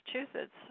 Massachusetts